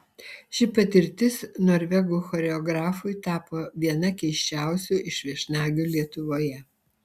ši patirtis norvegų choreografui tapo viena keisčiausių iš viešnagių lietuvoje